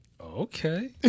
Okay